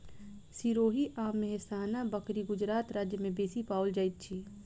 सिरोही आ मेहसाना बकरी गुजरात राज्य में बेसी पाओल जाइत अछि